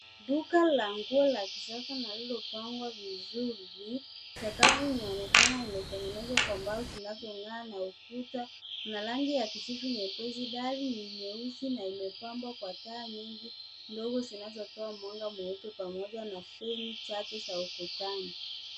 Duka la nguo la kisasa na lililo pangwa vizuri, sakafu inaonekana imetengenezwa kwa mbao zinazong'aa, na ukuta una rangi ya kijivu nyepesi. Dari ni nyeusi na imepambwa kwa taa nyingi ndogo zinazotoa mwanga mweupe, pamoja na feni chache za ukutani.